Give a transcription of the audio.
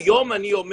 היום אני אומר